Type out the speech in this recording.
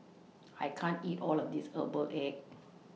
I can't eat All of This Herbal Egg